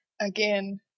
Again